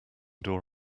door